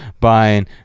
buying